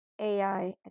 AI